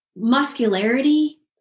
muscularity